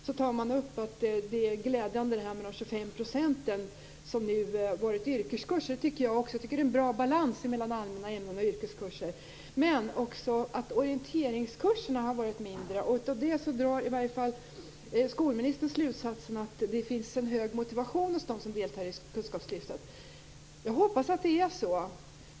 Där sägs att det är glädjande med de tjugofem procenten som nu går yrkeskurser. Jag tycker att det är bra balans mellan allmänna ämnen och yrkeskurser. Men orienteringskurserna har varit mindre eftersökta. Skolministern drar då slutsatsen att det finns en hög motivation hos dem som deltar i kunskapslyftet. Jag hoppas att det är så.